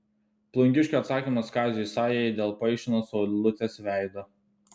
plungiškio atsakymas kaziui sajai dėl paišino saulutės veido